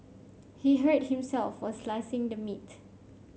he hurt himself while slicing the meat